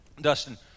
Dustin